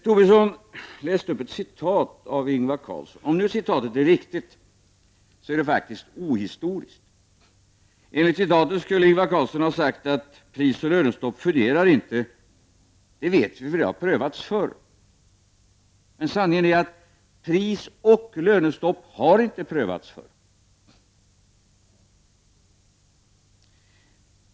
Tobisson läste upp ett citat av Ingvar Carlsson. Om nu citatet var riktigt, är det ohistoriskt. Enligt citatet skulle Ingvar Carlsson ha sagt att prisoch lönestopp inte fungerar, det vet vi för det har prövats förr. Sanningen är att prisoch lönestopp inte har prövats förr.